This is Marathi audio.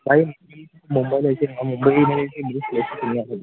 भाई मुंबईला येशील ना मुंबईमध्ये असे